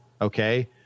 Okay